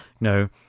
no